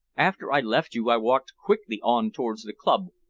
after i left you i walked quickly on towards the club,